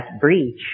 breach